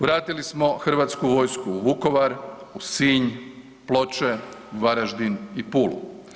Vratili smo hrvatsku vojsku u Vukovar, u Sinj, Ploče, Varaždin i Pulu.